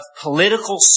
political